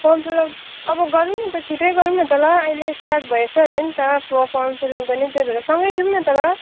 form fill up अब गरौँ न त छिटै गरौँ न त ल अहिले स्टार्ट भएछ अरे नि त फो फर्म फिल अप गर्ने त्यही भएर सँगै जाऔँ न त ल